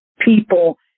people